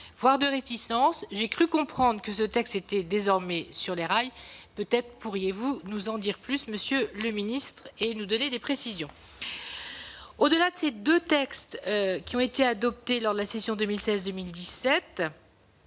voire de réticence, j'ai cru comprendre que ce texte était désormais sur les rails. Peut-être pourriez-vous nous en dire plus, monsieur le secrétaire d'État, et nous apporter des précisions ? Au-delà de ces deux textes qui ont été adoptés lors de la session 2016-2017,